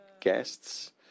guests